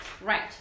right